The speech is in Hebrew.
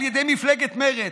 על ידי מפלגת מרצ,